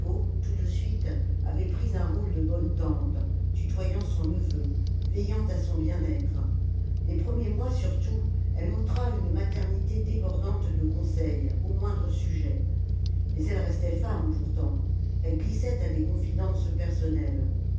tout de suite avait pris un rôle de bonne tante tutoyant son neveu veillant à son bien-être les premiers mois surtout elle montra une maternité débordante de conseils aux moindres sujets mais elle restait femme pourtant elle glissait à des confidences personnelles